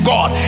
God